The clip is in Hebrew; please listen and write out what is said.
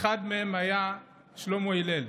אחד מהם היה שלמה הלל.